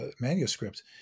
manuscript